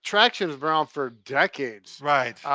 traction's been around for decades. right.